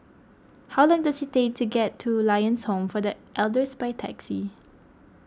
how long does it take to get to Lions Home for the Elders by taxi